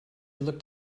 looked